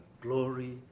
glory